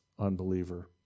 unbeliever